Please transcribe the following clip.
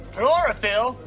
Chlorophyll